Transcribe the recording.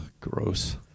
gross